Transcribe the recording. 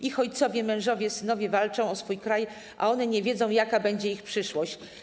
Ich ojcowie, mężowie, synowie walczą o swój kraj, a one nie wiedzą, jaka będzie ich przyszłość.